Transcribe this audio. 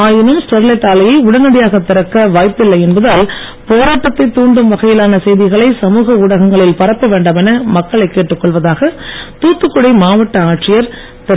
ஆயினும் ஸ்டெர்லைட் ஆலையை உடனடியாகத் வாய்ப்பில்லை என்பதால் போராட்டத்தைத் தூண்டும் கிறக்க வகையிலான செய்திகளை சமூக ஊடகங்களில் பரப்ப வேண்டாம் என மக்களைக் கேட்டுக்கொள்வதாக தூத்துக்குடி மாவட்ட ஆட்சியர் திரு